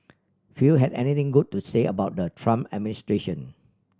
few had anything good to say about the Trump administration